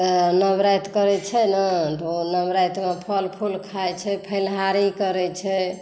तऽ नवराति करै छै ने तऽ नवरातिमे फल फूल खाइ छै फलहारी करै छै